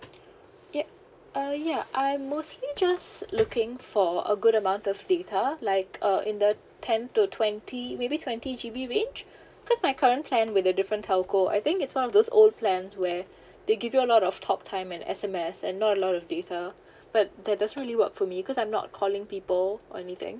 yup uh ya I'm mostly just looking for a good amount of data like uh in the ten to twenty maybe twenty G_B range because my current plan with the different telco I think it's one of those old plans where they give you a lot of talk time and S_M_S and not a lot of data but that does not really work for me cause I'm not calling people or anything